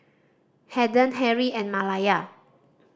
Haden Harrie and Malaya